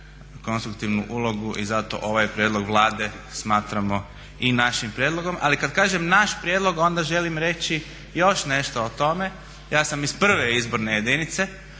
konstruktivnu ulogu i zato ovaj prijedlog Vlade smatramo i našim prijedlogom, ali kad kažem naš prijedlog onda želim reći još nešto o tome, ja sam iz prve izborne jedinice,